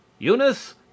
Eunice